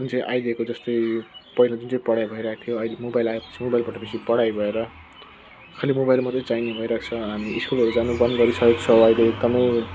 जुन चाहिँ अहिलेको जस्तै पहिला जुन चाहिँ पढाइ भइरहेको थियो अहिले मोबाइल आएपछि मोबाइलबाट बेसी पढाइ भएर खाली मोबाइलहरू चाहिने भइरहेको छ हामी स्कुलहरू जानु बन्द गरिसकेको छ अहिले एकदमै